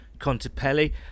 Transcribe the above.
Contepelli